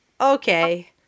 Okay